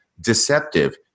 deceptive